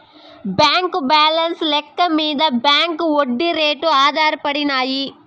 బాంకీ బాలెన్స్ లెక్క మింద బాంకీ ఒడ్డీ రేట్లు ఆధారపడినాయి